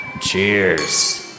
Cheers